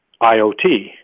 IOT